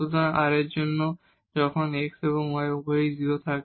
সুতরাং r এর জন্য যখন x এবং y উভয়েরই 0 থাকে